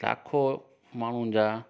लाखो माण्हुनि जा